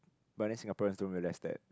but then Singaporeans don't realise that